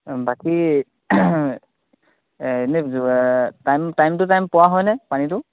অঁ বাকী এনেই টাইম টাইম টু টাইম পোৱা হয়নে পানীটো